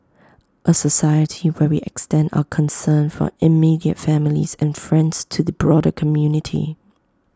A society where we extend our concern for immediate families and friends to the broader community